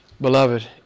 beloved